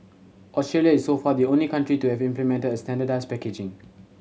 Australia is so far the only country to have implemented standardised packaging